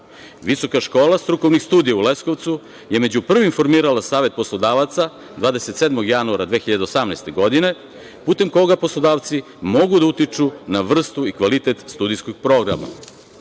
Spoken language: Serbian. škola strukovnih studija u Leskovcu je među prvim formirala Savet poslodavaca 27. januara 2018. godine, putem koga poslodavci mogu da utiču na vrstu i kvalitet studijskog programa. Zato